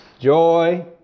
Joy